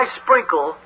sprinkle